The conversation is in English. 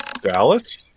Dallas